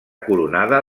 coronada